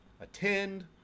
attend